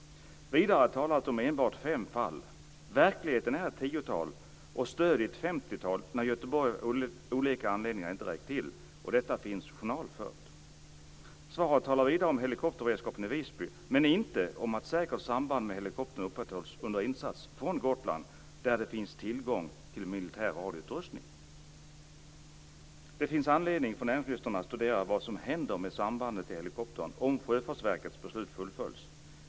Vidare talas det om enbart fem fall men verkligheten är att det rör sig om ett tiotal fall. Dessutom gäller det stöd i ett femtiotal fall när Göteborg av olika anledningar inte har räckt till. Detta finns journalfört. I svaret talas det också om helikopterberedskapen i Visby men inte om att säkert samband med helikoptern upprätthålls, under insats från Gotland där det finns tillgång till militär radioutrustning. Det finns anledning för näringsministern att studera vad som händer med sambandet till helikoptern om Sjöfartsverkets beslut fullföljs.